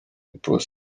iposita